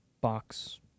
box